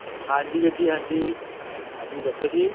ਹਾਂਜੀ ਵੀਰ ਜੀ ਹਾਂਜੀ ਹਾਂਜੀ ਦੱਸੋ ਜੀ